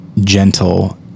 gentle